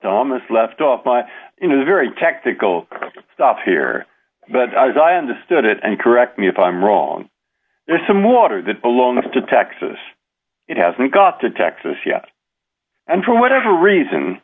thomas left off by in a very technical stuff here but as i understood it and correct me if i'm wrong there's some water good belongs to texas it hasn't got to texas yet and for whatever reason